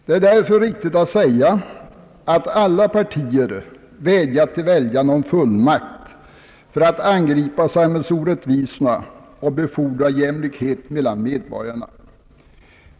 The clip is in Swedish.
Det är därför riktigt att säga att alla partier vädjade till väljarna om fullmakt att angripa samhällsorättvisorna och befordra jämlikhet mellan medborgarna.